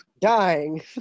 dying